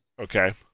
Okay